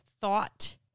thought